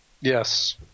Yes